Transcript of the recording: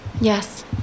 Yes